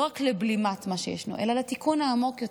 לא רק לבלימת מה שישנו אלא לתיקון העמוק יותר.